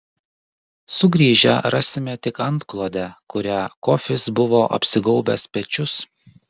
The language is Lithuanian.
sugrįžę rasime tik antklodę kuria kofis buvo apsigaubęs pečius